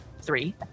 three